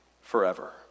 forever